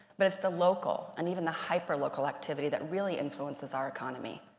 but it's the local and even the hyper-local activity that really influences our economy.